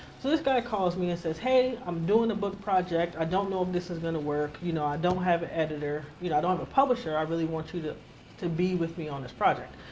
so this guy calls me and says, hey i'm doing a book project. i don't know if this is gonna work, you know i don't have it editor. you know i don't have a publisher. i really want you to to be with me on this project.